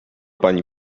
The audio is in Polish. pani